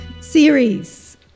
series